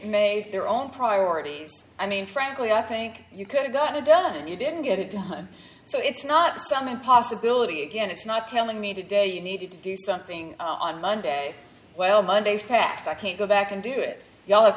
may their own priorities i mean frankly i think you could have got it done and you didn't get it done so it's not something possibility again it's not telling me to day you needed to do something on monday well mondays past i can't go back and do it you all have